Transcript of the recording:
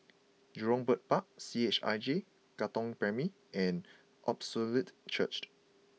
Jurong Bird Park C H I J Katong Primary and Apostolic Churched